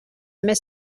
més